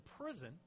prison